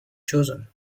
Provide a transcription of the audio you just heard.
chosen